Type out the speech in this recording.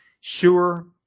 Sure